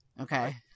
Okay